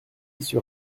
sur